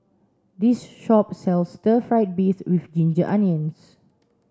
this shop sells stir fried beefs with ginger onions